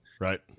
right